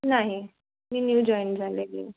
नाही मी new join झालेली